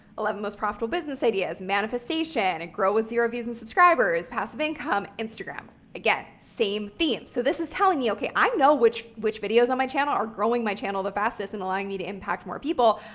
eleven most profitable business ideas, manifestation, grow with zero views and subscribers, passive income, instagram. again, same theme. so this is telling me, okay, i know which which videos on my channel are growing my channel the fastest and allowing me to impact more people,